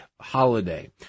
holiday